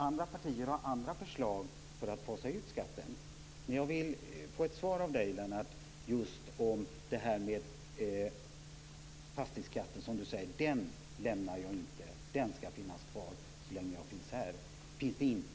Andra partier har andra förslag till utfasning av skatten, men jag vill från Lennart Nilsson få en kommentar till att han vill hålla fast vid fastighetsskatten och menar att denna skall finnas kvar så länge han finns här i riksdagen.